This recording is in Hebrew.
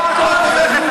למה את לא תומכת,